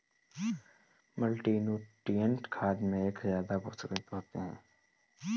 multinutrient खाद में एक से ज्यादा पोषक तत्त्व होते है